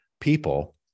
people